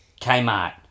Kmart